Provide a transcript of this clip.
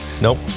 Nope